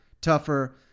tougher